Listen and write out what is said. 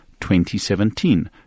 2017